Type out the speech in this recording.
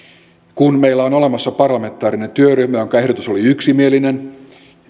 kun meillä on olemassa parlamentaarinen työryhmä jonka ehdotus oli yksimielinen eli että